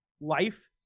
life